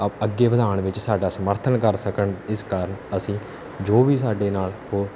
ਆ ਅੱਗੇ ਵਧਾਉਣ ਵਿੱਚ ਸਾਡਾ ਸਮਰਥਨ ਕਰ ਸਕਣ ਇਸ ਕਾਰਨ ਅਸੀਂ ਜੋ ਵੀ ਸਾਡੇ ਨਾਲ ਹੋ